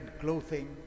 clothing